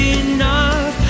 enough